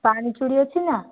ପାଣି ଚୁଡ଼ି ଅଛି ନା